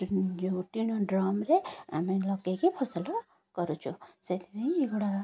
ଯେଉଁ ଟିଣ ଡ୍ରମ୍ରେ ଆମେ ଲଗେଇକି ଫସଲ କରୁଛୁ ସେଇଥିପାଇଁ ଏଗୁଡ଼ା